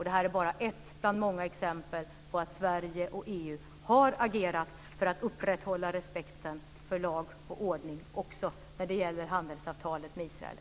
Det här är bara ett av många exempel på att Sverige och EU har agerat för att upprätthålla respekten för lag och ordning också när det gäller handelsavtalet med